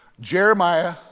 Jeremiah